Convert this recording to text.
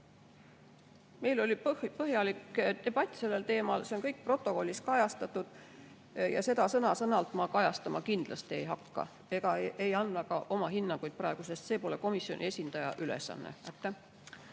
Meil oli põhjalik debatt sellel teemal, see on kõik protokollis kajastatud. Seda sõna-sõnalt ma kajastama kindlasti ei hakka ega anna ka oma hinnanguid praegu, sest see pole komisjoni esindaja ülesanne.